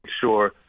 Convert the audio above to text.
sure